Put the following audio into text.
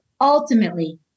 Ultimately